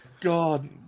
God